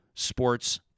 sports